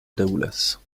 daoulas